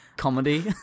Comedy